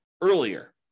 earlier